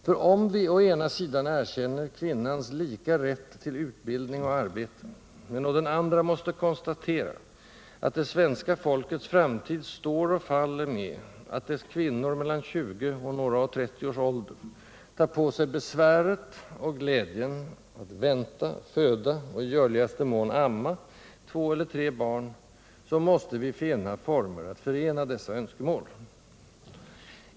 För om viå ena sidan erkänner kvinnans lika rätt till utbildning och arbete, men å den andra måste konstatera att det svenska folkets framtid står och faller med att dess kvinnor mellan 20 och några och 30 års ålder tar på sig besväret — och glädjen —att vänta, föda och i görligaste mån amma två eller tre barn, så måste vi finna former för att förena dessa önskemål.